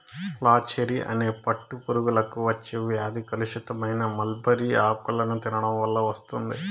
flacherie అనే పట్టు పురుగులకు వచ్చే వ్యాధి కలుషితమైన మల్బరీ ఆకులను తినడం వల్ల వస్తుంది